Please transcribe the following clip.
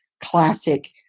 classic